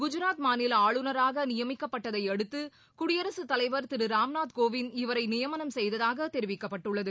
குஜராத் மாநில ஆளுநராக நியமிக்கப்பட்டதை அடுத்து குடியரசுத் தலைவர் திரு ராம்நாத் கோவிந்த் இவரை நியமனம் செய்ததாக தெரிவிக்கப்பட்டுள்ளது